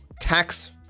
tax